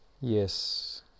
yes